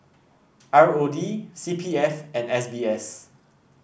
R O D C P F and S B S